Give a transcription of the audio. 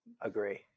Agree